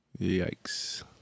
Yikes